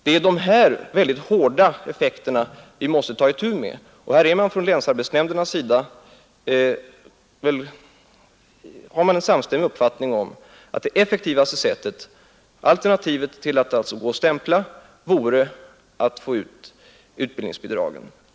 Det är de mycket hårda effekterna härav på lång sikt som vi måste ta itu med, Och i det fallet är man i de flesta länsarbetsnämnderna av den uppfattningen att det effektivaste sättet och det bästa alternativet till att gå och stämpla vore att få ut utbildningsbidraget i yngre åldrar.